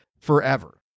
forever